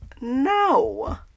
No